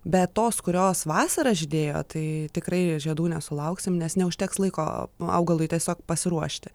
bet tos kurios vasarą žydėjo tai tikrai žiedų nesulauksim nes neužteks laiko augalui tiesiog pasiruošti